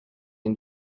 can